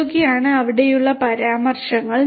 ഇതൊക്കെയാണ് അവിടെയുള്ള പരാമർശങ്ങൾ